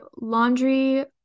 laundry